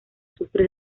sufre